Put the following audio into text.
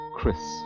...Chris